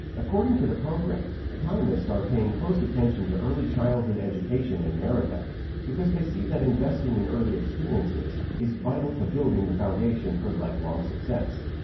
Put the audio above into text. according to the program, economists are paying close attention to early childhood education in america because they see that investing in early experiences is vital to building the foundation for life long success.